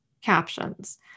captions